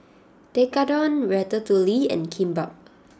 Tekkadon Ratatouille and Kimbap